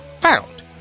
found